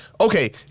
okay